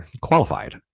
qualified